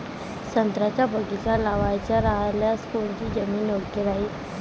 संत्र्याचा बगीचा लावायचा रायल्यास कोनची जमीन योग्य राहीन?